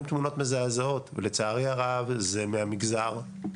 תמונות מזעזעות ולצערי הרב זה מהמגזר,